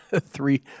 three